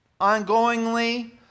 ongoingly